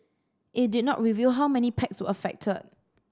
it did not reveal how many packs were affected